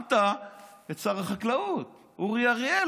שמת את שר החקלאות אורי אריאל,